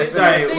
Sorry